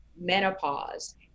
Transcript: menopause